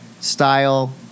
Style